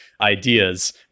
ideas